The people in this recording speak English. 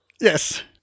Yes